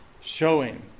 showing